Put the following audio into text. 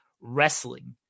wrestling